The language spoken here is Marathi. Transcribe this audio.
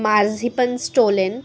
marzipan stolen